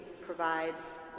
provides